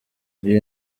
iyi